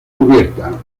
cubierta